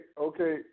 okay